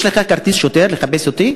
יש לכם כרטיס שוטר לחפש עלי?